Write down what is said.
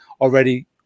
already